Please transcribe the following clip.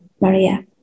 Maria